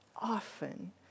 often